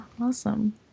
Awesome